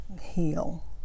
heal